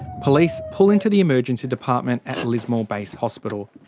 police pull into the emergency department at lismore base hospital.